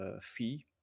fee